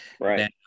right